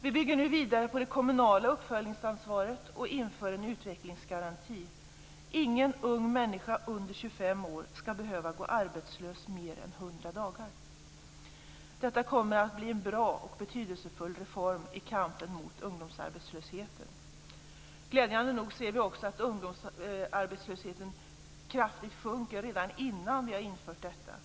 Vi bygger nu vidare på det kommunala uppföljningsansvaret och inför en utvecklingsgaranti. Ingen ung människa under 25 år skall behöva gå arbetslös mer än hundra dagar. Detta kommer att bli en bra och betydelsefull reform i kampen mot ungdomsarbetslösheten. Glädjande nog ser vi också att ungdomsarbetslösheten sjunker kraftigt redan innan vi har infört detta.